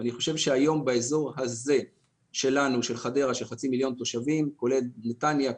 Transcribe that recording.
אני חושב שהיום באזור שלנו של חדרה בו יש חצי מיליון תושבים כולל נתניה,